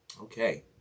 Okay